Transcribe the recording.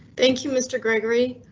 thank you mr gregory.